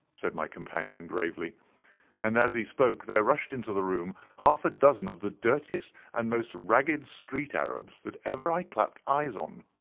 said my companion gravely and as he spoke there rushed into the room half a dozen of the dirtiest and most ragged street arabs that ever i clapped eyes on.